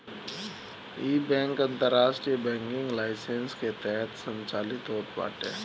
इ बैंक अंतरराष्ट्रीय banking licence के तहत संचालित होत बाटे